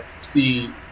see